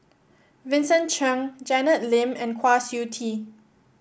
Vincent Cheng Janet Lim and Kwa Siew Tee